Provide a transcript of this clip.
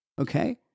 okay